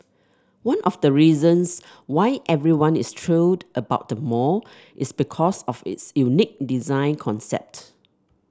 one of the reasons why everyone is thrilled about the mall is because of its unique design concept